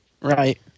Right